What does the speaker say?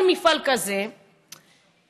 כל מפעל כזה זה,